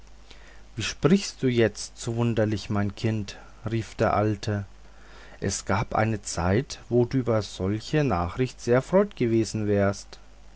sprichst du jetzt so wunderlich mein kind rief der alte es gab eine zeit wo du über eine solche nachricht sehr erfreut gewesen wärest